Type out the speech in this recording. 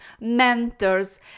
mentors